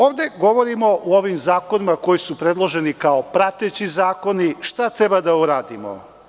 Ovde govorimo, u ovim zakonima koji su predloženi kao prateći zakoni, šta treba da uradimo.